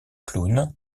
clown